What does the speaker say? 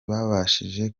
babashije